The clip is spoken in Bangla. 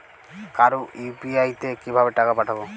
কারো ইউ.পি.আই তে কিভাবে টাকা পাঠাবো?